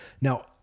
now